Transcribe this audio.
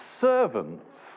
servants